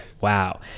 wow